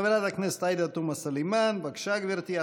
חברת הכנסת עאידה תומא סלימאן, בבקשה, גברתי.